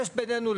יש בינינו,